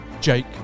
Jake